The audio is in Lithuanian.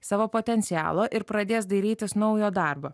savo potencialo ir pradės dairytis naujo darbo